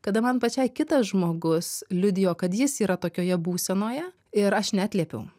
kada man pačiai kitas žmogus liudijo kad jis yra tokioje būsenoje ir aš neatliepiau